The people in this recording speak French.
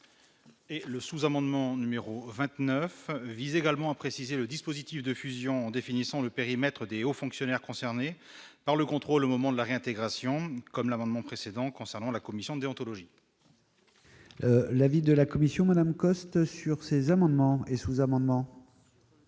le sous-amendement numéro 29 vise également à préciser le dispositif de fusion définissant le périmètre aux fonctionnaires concernés par le contrôle au moment de la réintégration comme l'amendement précédent concernant la commission déontologie. L'avis de la commission Madame Coste sur ces amendements et sous-amendements.